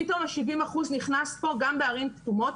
פתאום ה-70 אחוזים נכנסו כאן גם בערים כתומות.